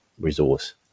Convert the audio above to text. resource